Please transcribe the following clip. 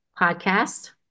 podcast